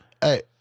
Hey